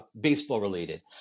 baseball-related